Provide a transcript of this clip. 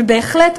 ובהחלט,